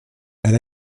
elle